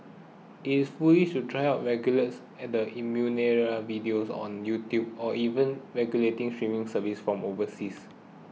it is foolish to try of regulates and the innumerable videos on YouTube or even regulating streaming services from overseas